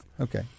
Okay